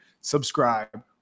subscribe